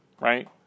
right